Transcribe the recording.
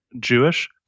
Jewish